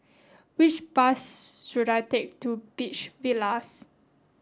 which bus should I take to Beach Villas